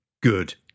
Good